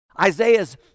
Isaiah's